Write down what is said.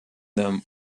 them